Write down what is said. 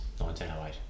1908